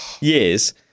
years